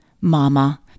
mama